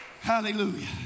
Hallelujah